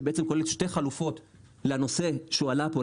שבעצם כוללת שתי חלופות לנושא שהועלה פה,